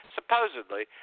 Supposedly